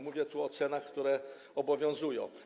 Mówię o cenach, które obowiązują.